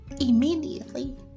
immediately